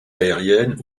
aériennes